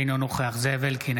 אינו נוכח זאב אלקין,